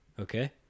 Okay